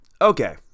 Okay